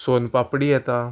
सोनपापडी येता